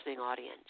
audience